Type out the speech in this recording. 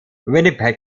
winnipeg